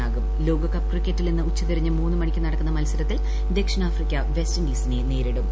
ലോകകപ്പ് ക്രിക്കറ്റ് ലോകകപ്പ് ക്രിക്കറ്റിൽ ഇന്ന് ഉച്ചതിരിഞ്ഞ് മൂന്ന് മണിക്ക് നടക്കുന്ന മത്സരത്തിൽ ദക്ഷിണാഫ്രിക്ക വെസ്റ്റ് ഇൻഡീസിനെ നേരിടും